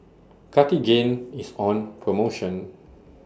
Cartigain IS on promotion